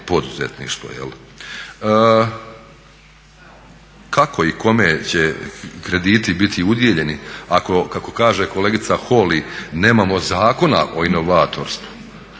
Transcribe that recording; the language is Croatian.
poduzetništvo. Kako i kome će krediti biti udijeljeni ako kako kaže kolegica Holy nemamo zakona o inovatorstvu,